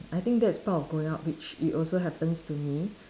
I think that is part of growing up which it also happens to me